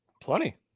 Plenty